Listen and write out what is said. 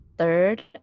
third